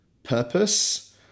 purpose